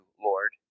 Lord